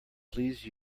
please